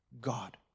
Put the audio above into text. God